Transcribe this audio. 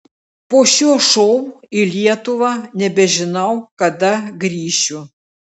po šio šou į lietuvą nebežinau kada grįšiu